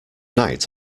night